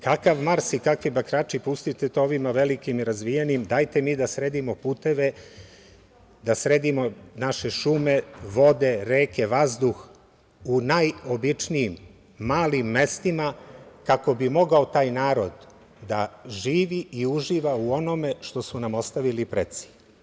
Kakav Mars i kakvi bakrači, pustite to ovima velikim i razvijenim, dajte mi da sredimo puteve, da sredimo naše šume, vode, reke, vazduh u najobičnijim malim mestima, kako bi mogao taj narod da živi u uživa u onome što su nam ostavili preci.